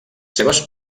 seves